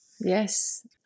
Yes